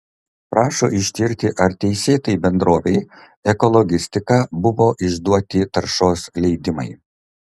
prašo ištirti ar teisėtai bendrovei ekologistika buvo išduoti taršos leidimai